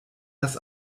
das